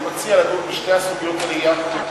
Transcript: אני מציע לדון בשתי הסוגיות האלה יחד בדיון מיוחד בוועדת החינוך.